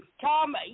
Tom